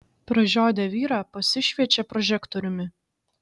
pražiodę vyrą pasišviečia prožektoriumi